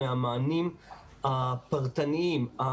מהמענים הפרטניים,